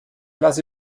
lasse